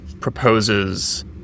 proposes